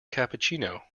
cappuccino